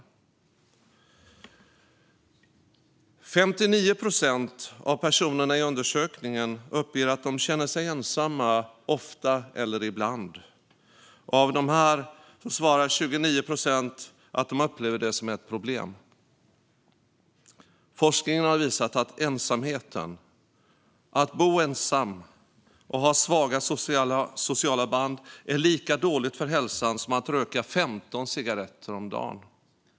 Det är 59 procent av personerna i undersökningen som uppger att de känner sig ensamma ofta eller ibland. Av dessa svarar 29 procent att de upplever det som ett problem. Forskningen har visat att ensamheten, att bo ensam och ha svaga sociala band, är lika dåligt för hälsan som att röka 15 cigaretter om dagen.